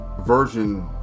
version